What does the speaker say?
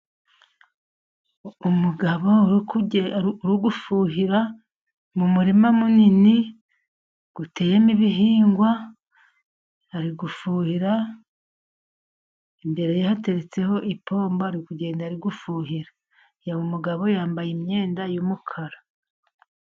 Umugabo uri gufuhira mu murima munini uteyemo ibihingwa, arigufuhira imbere hateretseho ipombo, ari kugenda ari gufuhira yaba umugabo , yambaye imyenda y'umukara.